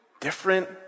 Different